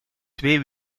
twee